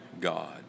God